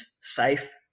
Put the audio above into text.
safe